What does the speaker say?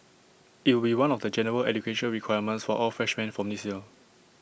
IT will be one of the general education requirements for all freshmen from this year